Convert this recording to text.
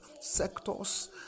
sectors